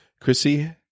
Chrissy